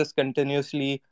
continuously